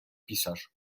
pisarz